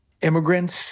immigrants